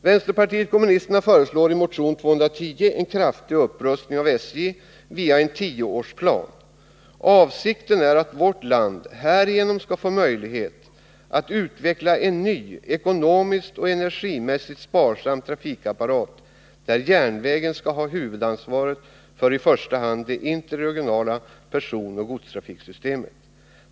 Vänsterpartiet kommunisterna föreslår i motion 210 upprättandet av en tioårsplan för att åstadkomma en kraftig upprustning av SJ. Avsikten är att vårt land härigenom skall få möjlighet att utveckla en ny, ekonomiskt och energimässigt sparsam trafikapparat, där järnvägen skall ha huvudansvaret för i första hand det interregionala personoch godstrafiksystemet.